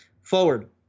forward